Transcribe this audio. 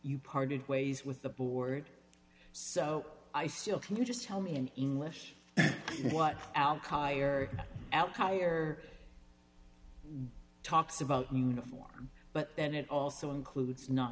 you parted ways with the board so i still can you just tell me in english what al qaida or outlier talks about uniform but then it also includes not